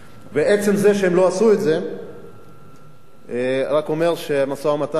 עצם זה שהם לא עשו את זה רק אומר שהמשא-ומתן אתם